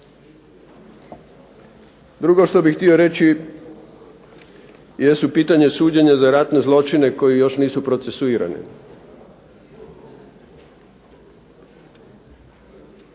Drugo što bih htio reći jesu pitanja suđenja za ratne zločine koji još nisu procesuirani,